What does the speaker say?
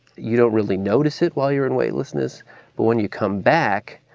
you don't really notice it while you are in weightlessness but when you come back,